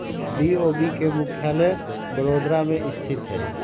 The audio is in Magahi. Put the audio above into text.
बी.ओ.बी के मुख्यालय बड़ोदरा में स्थित हइ